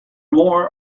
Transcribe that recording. more